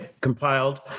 compiled